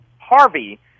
harvey